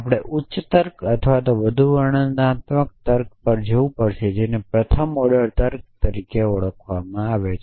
આપણે ઉચ્ચ તર્ક અથવા વધુ વર્ણનાત્મક તર્ક પર જવું પડશે જેને પ્રથમ ઓર્ડર તર્ક તરીકે ઓળખવામાં આવે છે